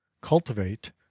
cultivate